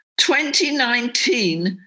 2019